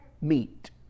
meet